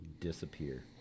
Disappear